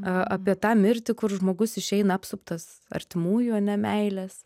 apie tą mirtį kur žmogus išeina apsuptas artimųjų ane meilės